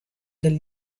del